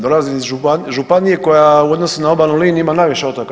Dolazim iz županije koja u odnosu na obalnu liniju ima najviše otoka.